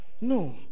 No